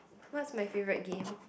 what's my favourite game